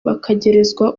bakegerezwa